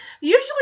Usually